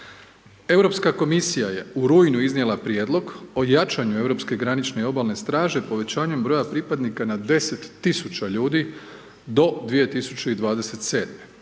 Europska Komisija je u rujnu iznijela prijedlog o jačanju europske granične i obalne straže povećanjem broja pripadnika na 10 000 ljudi do 2027.-te.